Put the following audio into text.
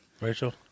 Rachel